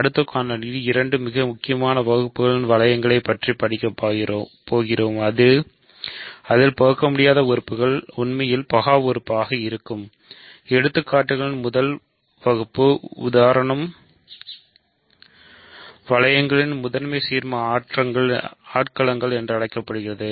அடுத்த காணொளியில் இரண்டு மிக முக்கியமான வகுப்புகள் வளையங்களைப் படிக்கப் போகிறோம் அதில் பகுக்கமுடியாத உறுப்புகள் உண்மையில் பகா உறுப்பாக இருக்கும் எடுத்துக்காட்டுகளின் முதல் வகுப்பு உதாரணம் வளையங்களின் முதன்மை சீர்ம ஆட்களங்கள் என்று அழைக்கப்படுகிறது